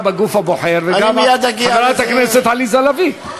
חברה השרה מירי רגב, וגם חברת הכנסת עליזה לביא.